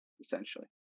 essentially